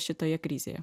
šitoje krizėje